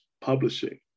publishing